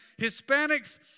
Hispanics